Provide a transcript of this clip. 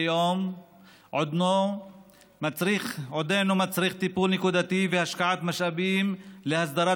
יום עודנו מצריך טיפול נקודתי והשקעת משאבים להסדרת